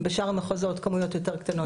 בשאר המחוזות הכמויות יותר קטנות.